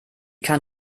kann